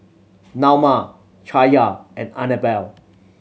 Naoma Chaya and Annabel